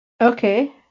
Okay